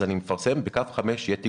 אז אני מפרסם שבקו 5 יהיה תגבור.